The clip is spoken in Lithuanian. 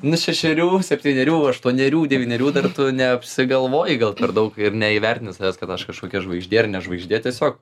nes šešerių septynerių aštuonerių devynerių dar tu neapsigalvojai gal per daug ir neįvertini savęs kad aš kažkokia žvaigždė ar ne žvaigždė tiesiog